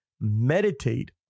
meditate